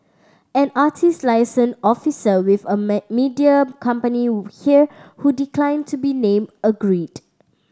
an artist liaison officer with a media company here who declined to be named agreed